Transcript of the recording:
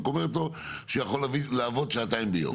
רק אומרת לו שהוא יכול לעבוד שעתיים ביום.